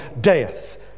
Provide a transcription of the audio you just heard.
death